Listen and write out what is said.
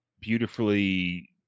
beautifully